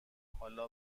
حالا